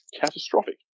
catastrophic